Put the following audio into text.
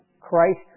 Christ